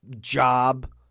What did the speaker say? job